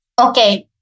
Okay